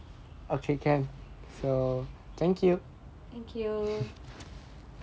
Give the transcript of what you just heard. thank you